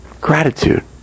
Gratitude